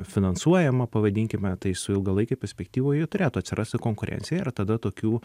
finansuojama pavadinkime tai su ilgalaikėj perspektyvoj turėtų atsirasti konkurencija ir tada tokių